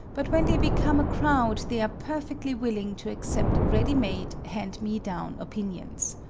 but when they become a crowd they are perfectly willing to accept ready-made, hand-me-down opinions.